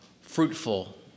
fruitful